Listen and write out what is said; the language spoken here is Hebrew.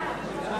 נא